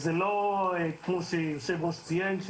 וזה לא כמו שהיושב-ראש ציין,